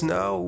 no